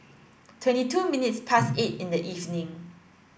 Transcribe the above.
twenty two minutes past eight in the evening